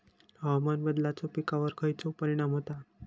हवामान बदलाचो पिकावर खयचो परिणाम होता?